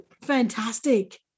Fantastic